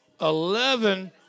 eleven